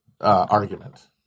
Argument